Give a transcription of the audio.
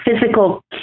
physical